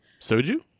Soju